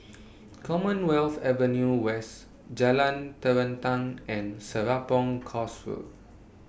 Commonwealth Avenue West Jalan Terentang and Serapong Course Road